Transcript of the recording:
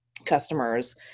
customers